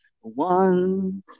one